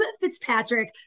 Fitzpatrick